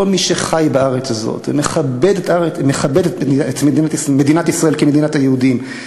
כל מי שחי בארץ הזאת ומכבד את מדינת ישראל כמדינת היהודים,